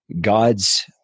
God's